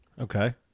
Okay